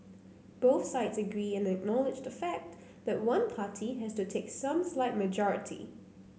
both sides agree and acknowledge the fact that one party has to take some slight majority